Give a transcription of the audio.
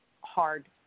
hard